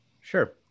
Sure